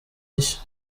nshya